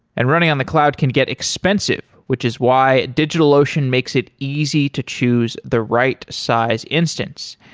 and running on the cloud can get expensive, which is why digitalocean makes it easy to choose the right size instance,